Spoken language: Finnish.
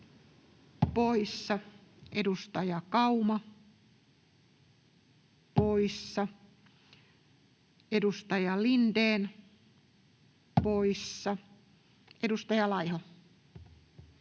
poissa, edustaja Kauma poissa, edustaja Lindén poissa. — Edustaja Laiho.